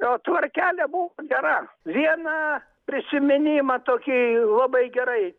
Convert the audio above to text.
o tvarkelė buvo gera vieną prisiminimą tokį labai gerai